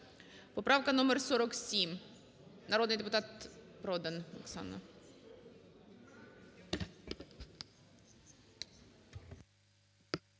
Поправка номер 47. Народний депутат Продан